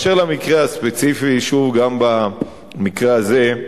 במקרה הספציפי, שוב, גם במקרה הזה,